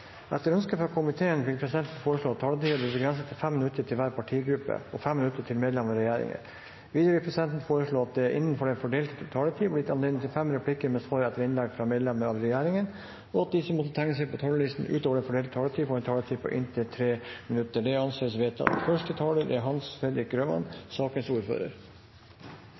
Etter ønske fra justiskomiteen vil presidenten foreslå at taletiden blir begrenset til 5 minutter til hver partigruppe og 5 minutter til medlem av regjeringen. Videre vil presidenten foreslå at det – innenfor den fordelte taletid – blir gitt anledning til fem replikker med svar etter innlegg fra medlemmer av regjeringen, og at de som måtte tegne seg på talerlisten utover den fordelte taletid, får en taletid på inntil 3 minutter. – Det anses vedtatt.